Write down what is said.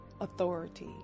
authority